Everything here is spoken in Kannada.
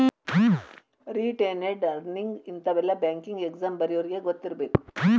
ರಿಟೇನೆಡ್ ಅರ್ನಿಂಗ್ಸ್ ಇಂತಾವೆಲ್ಲ ಬ್ಯಾಂಕಿಂಗ್ ಎಕ್ಸಾಮ್ ಬರ್ಯೋರಿಗಿ ಗೊತ್ತಿರ್ಬೇಕು